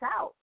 out